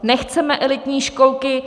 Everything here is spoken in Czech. Nechceme elitní školky.